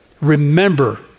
Remember